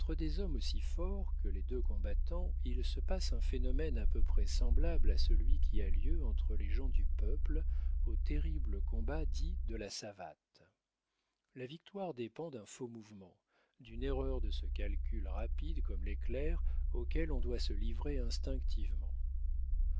des hommes aussi forts que les deux combattants il se passe un phénomène à peu près semblable à celui qui a lieu entre les gens du peuple au terrible combat dit de la savate la victoire dépend d'un faux mouvement d'une erreur de ce calcul rapide comme l'éclair auquel on doit se livrer instinctivement